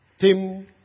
Tim